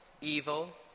evil